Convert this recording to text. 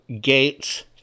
Gates